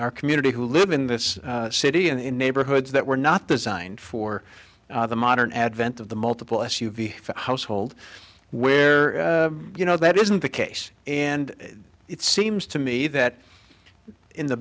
our community who live in this city and in neighborhoods that were not designed for the modern advent of the multiple s u v household where you know that isn't the case and it seems to me that in the